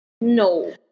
No